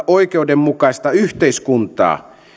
oikeudenmukaista yhteiskuntaa